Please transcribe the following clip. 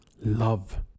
love